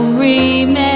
remain